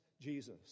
Jesus